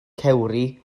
cewri